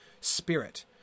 spirit